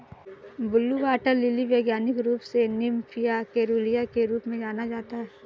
blue water lily वैज्ञानिक रूप से निम्फिया केरूलिया के रूप में जाना जाता है